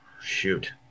Shoot